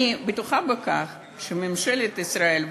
אני בטוחה שממשלת ישראל,